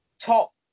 top